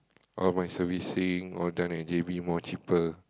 all my servicing all done at J_B more cheaper